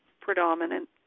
predominant